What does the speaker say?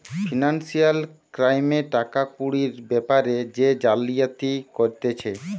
financial ক্রাইমে টাকা কুড়ির বেপারে যে জালিয়াতি করতিছে